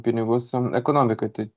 pinigus en ekonomikai tai